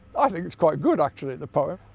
i think it's quite good actually, the poem.